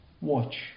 Watch